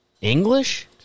English